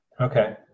okay